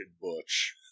Butch